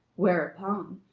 whereupon,